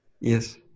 Yes